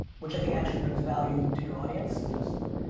which i think actually brings value to your audience. that's the goal.